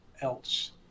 else